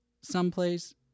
someplace